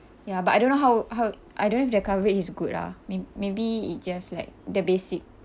ya but I don't know how how I don't know if their coverage is good lah mayb~ maybe it just like the basic